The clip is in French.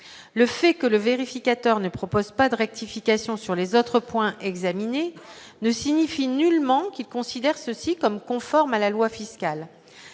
le fait que le vérificateur ne propose pas de rectification sur les autres points examinés ne signifie nullement qu'il considère ceci comme conforme à la loi fiscale